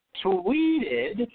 tweeted